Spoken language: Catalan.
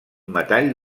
metall